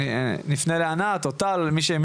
אנחנו נפנה לענת או לטל אוחנה,